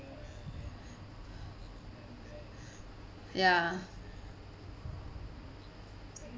ya